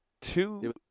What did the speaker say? two